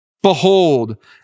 Behold